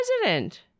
president